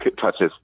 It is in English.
touches